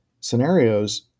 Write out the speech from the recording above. scenarios